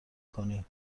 کنی